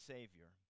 Savior